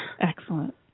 Excellent